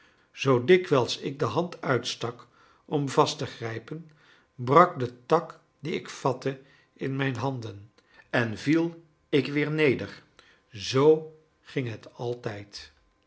zoo dikwijls ik de hand uitstak om vast te grijpen brak de tak dien ik vatte in mijn handen en viel ik weer neder zoo ging het altijd